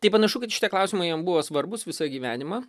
tai panašu kad šitie klausimai jam buvo svarbūs visą gyvenimą